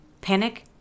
panic